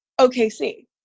OKC